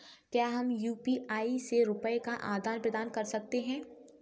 क्या हम यू.पी.आई से रुपये का आदान प्रदान कर सकते हैं?